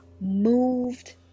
moved